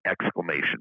exclamation